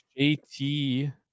JT